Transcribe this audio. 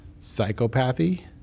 psychopathy